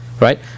Right